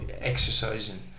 exercising